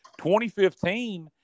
2015